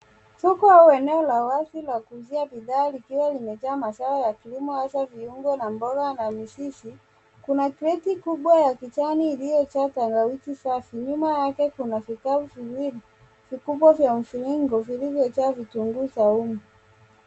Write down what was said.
Soko au eneo la wazi la kuuzia bidhaa likiwa limejaa mazao ya kilimo hasa viungo na mboga na mizizi. Kuna kreti kubwa ya kijani iliyojaa tangawizi safi. Nyuma yake kuna vikapu viwili vikubwa vya mviringo vilivyojaa vitunguu saumu.